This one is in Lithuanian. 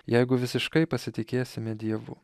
jeigu visiškai pasitikėsime dievu